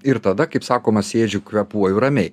ir tada kaip sakoma sėdžiu kvėpuoju ramiai